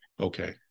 okay